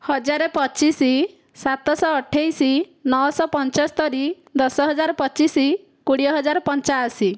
ହଜାରେ ପଚିଶ ସାତଶହ ଅଠେଇଶ ନଅଶହ ପଞ୍ଚସ୍ତରୀ ଦଶ ହଜାର ପଚିଶ କୋଡ଼ିଏ ହଜାର ପଞ୍ଚାଅଶୀ